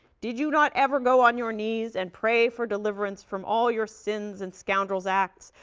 did you not ever go on your knees and pray for deliverance from all your sins and scoundrel's acts?